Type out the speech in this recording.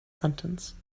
sentence